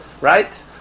right